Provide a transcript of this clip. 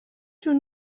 جون